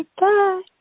bye